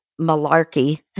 malarkey